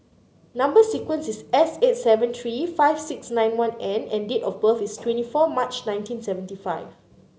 number sequence is S eight seven three five six nine one N and date of birth is twenty four March nineteen seventy five